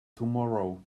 tomorrow